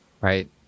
Right